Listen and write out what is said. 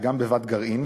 וגם בבת גרעין,